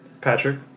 Patrick